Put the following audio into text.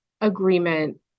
agreement